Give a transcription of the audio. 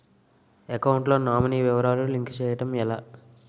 Account లో nominee వివరాలు link చేయటం ఎలా?